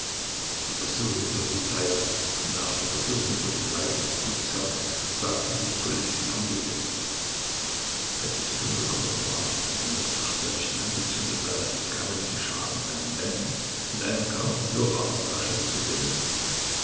die versuchung durch die pfeife nach der versuchung durch den leib und das blut des herrn sagte sich golizyn angeekelt als es dunkel geworden war und man das nachtlämpchen angezündet hatte begannen die schaben an den wänden mit einem kaum hörbaren rascheln zu wimmeln